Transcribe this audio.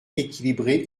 équilibrée